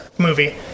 Movie